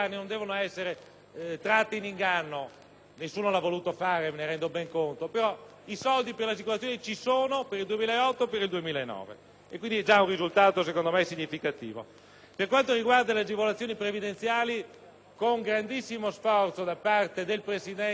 nessuno l'ha voluto fare, me ne rendo ben conto: i soldi per le assicurazioni ci sono per il 2008 e per il 2009. Questo è un risultato, secondo me, significativo. Per quanto riguarda le agevolazioni previdenziali, con grandissimo sforzo da parte del presidente Azzollini e della sua Commissione